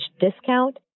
discount